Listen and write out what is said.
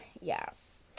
yes